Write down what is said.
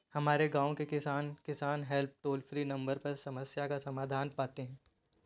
हमारे गांव के किसान, किसान हेल्प टोल फ्री नंबर पर समस्या का समाधान पाते हैं